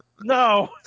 No